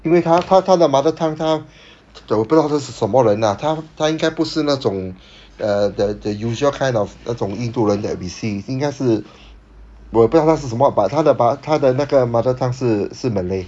因为他他他的 mother tongue 他我不知道是什么人 lah 他他应该不是那种 uh the the usual kind of 那种印度人 that we see 应该是我也不懂他是什么 but 他的 bahasa 他的那个 mother tongue 是是 malay